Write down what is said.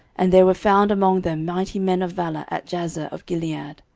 and there were found among them mighty men of valour at jazer of gilead.